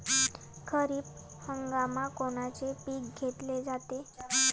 खरिप हंगामात कोनचे पिकं घेतले जाते?